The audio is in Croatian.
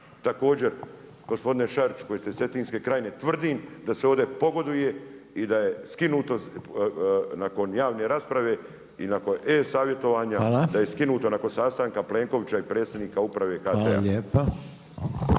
također gospodine Šariću koji ste iz Cetinske krajine tvrdim da se ovdje pogoduje i da je skinuto nakon javne rasprave i nakon e-savjetovanja … …/Upadica Reiner: Hvala./… … da je skinuto nakon sastanka Plenkovića i predsjednika Uprave HT-a.